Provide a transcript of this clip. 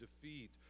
defeat